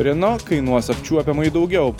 reno kainuos apčiuopiamai daugiau